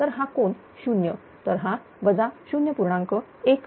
तर हा कोन 0 तर हा 0